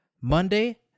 Monday